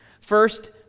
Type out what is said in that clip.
First